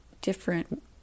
different